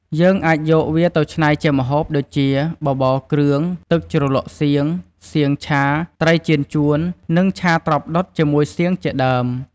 យើងអាចយកវាទៅឆ្នៃជាម្ហូបដូចជា បបរគ្រឿង ទឹកជ្រលក់សៀង សៀងឆា ត្រីចៀនចួន និង ឆាត្រប់ដុតជាមួយសៀងជាដើម។